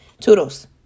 Toodles